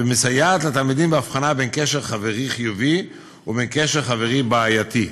ומסייעת לתלמידים בהבחנה בין קשר חברי חיובי ובין קשר חברי בעייתי.